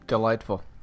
delightful